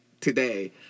today